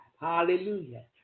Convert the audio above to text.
Hallelujah